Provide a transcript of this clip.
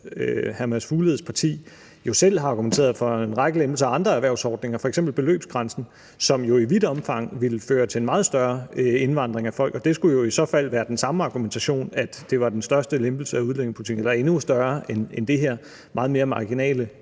at hr. Mads Fugledes parti jo selv har argumenteret for en række lempelser af andre erhvervsordninger, f.eks. beløbsgrænsen, som jo i vidt omfang ville føre til en meget større indvandring af folk, og det skulle jo i så fald være den samme argumentation: at det var den største eller en endnu større lempelse af udlændingepolitikken end det her meget mere marginale